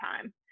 time